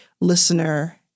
listener